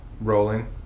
rolling